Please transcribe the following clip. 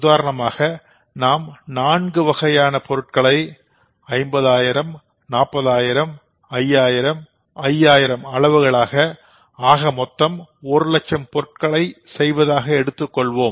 உதாரணமாக நாம் நான்கு வகையான பொருட்களை 50000 40000 5000 5000 அளவுகளாக ஆக மொத்தம் ஒரு லட்சம் பொருட்கள் செய்வதாக எடுத்துக் கொள்வோம்